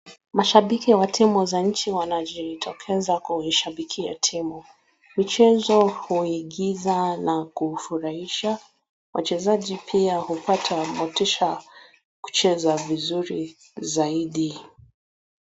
Mashabiki wa timu za nchi wanajitokeza kuishabikia timu. Michezo huigiza na kufurahisha. Wachezaji pia hupata motisha kucheza vizuri zaidi.